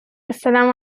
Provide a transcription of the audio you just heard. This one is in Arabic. السلام